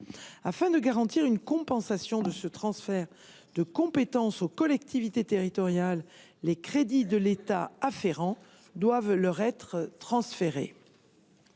Afin de garantir une compensation de ce transfert de compétences aux collectivités territoriales, les crédits de l’état B afférent doivent leur être transférés.